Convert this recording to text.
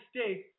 States